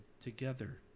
together